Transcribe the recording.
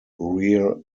rear